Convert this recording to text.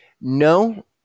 No